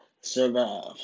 Survive